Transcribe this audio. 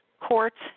courts